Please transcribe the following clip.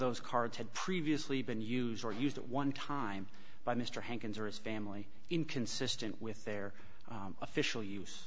those cards had previously been used or used at one time by mr hankins or his family inconsistent with their official use